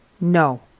No